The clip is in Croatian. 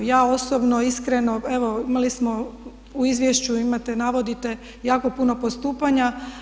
Ja osobno iskreno, evo imali smo, u izvješću imate, navodite jako puno postupanja.